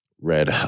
red